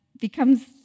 becomes